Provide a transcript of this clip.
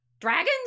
Dragons